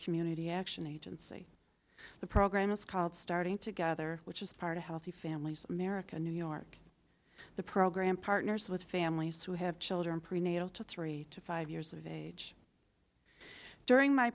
community action agency the program is called starting to gather which is part of healthy families america new york the program partners with families who have children prenatal to three to five years of age during my